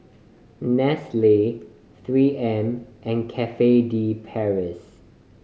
nestle Three M and Cafe De Paris